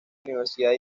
universidad